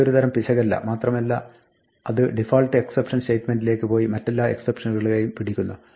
ഇതൊരു തരം പിശകല്ല മാത്രമല്ല അത് ഡിഫാൾട്ട് എക്സപ്ഷൻ സ്റ്റേറ്റ്മെൻറിലേക്ക് പോയി മറ്റെല്ലാ എക്സപ്ഷനുകളെയും പിടിക്കുന്നു